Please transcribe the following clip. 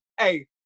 Hey